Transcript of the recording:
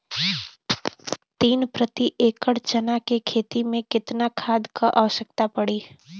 तीन प्रति एकड़ चना के खेत मे कितना खाद क आवश्यकता पड़ी?